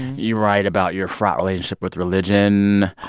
you write about your fraught relationship with religion.